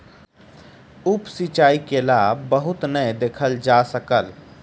उप सिचाई के लाभ बहुत नै देखल जा सकल